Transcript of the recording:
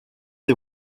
des